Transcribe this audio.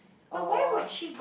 or